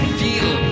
feel